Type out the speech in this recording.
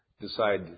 decide